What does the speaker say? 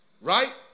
right